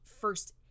first